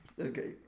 Okay